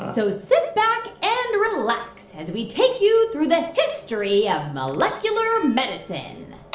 so sit back and relax as we take you through the history of molecular medicine